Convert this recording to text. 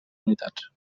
unitats